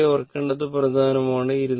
ഒരു കാര്യം ഓർത്തിരിക്കേണ്ടത് പ്രധാനമാണ്